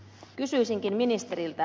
kysyisinkin ministeriltä